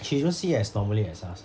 she don't see as normally as us